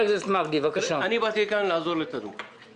חלק מתנאי המכרז לא כללו קליטה של העובדים